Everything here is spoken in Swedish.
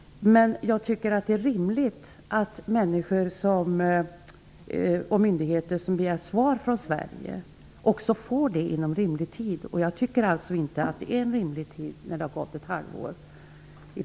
Men jag tycker att det är rimligt att människor och myndigheter som begär besked från Sverige också får svar inom rimlig tid. Ett halvår är inte rimlig tid.